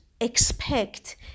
expect